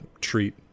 treat